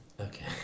Okay